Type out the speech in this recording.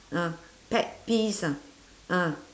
ah pet peeves ah ah